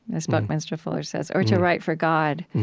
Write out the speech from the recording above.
as buckminster fuller says, or to write for god,